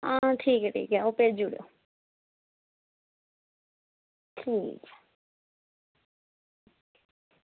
हां ठीक ऐ ठीक ऐ ओह् भेजी ओड़ेओ ठीक ऐ